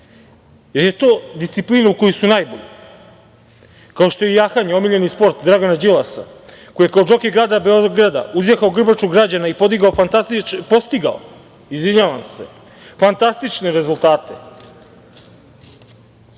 jer je to disciplina u kojoj su najbolji, kao što je i jahanje omiljeni sport Dragana Đilasa, koji je kao džokej grada Beograda uzjahao grbaču građana i postigao fantastične rezultate. Ne,